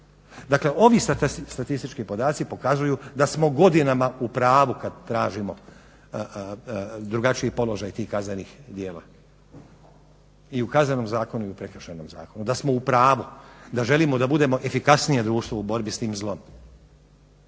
Dakle, ovi statistički podaci pokazuju da smo godinama u pravu kad tražimo drugačiji položaj tih kaznenih djela i u Kaznenom zakonu i u Prekršajnom zakonu, da smo u pravu, da želimo da budemo efikasnije društvo u borbi s tim zlom,